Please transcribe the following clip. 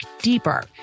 deeper